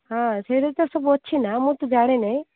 ହଁ ସିଏରେ ତ ସବୁ ଅଛି ନା ମୁଁ ତ ଜାଣିନାହିଁ